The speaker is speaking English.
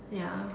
ya